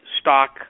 stock